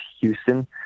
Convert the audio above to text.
Houston